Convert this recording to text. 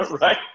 right